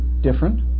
different